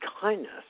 kindness